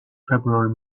february